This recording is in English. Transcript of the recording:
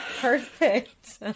perfect